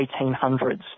1800s